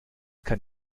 kann